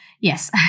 yes